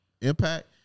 impact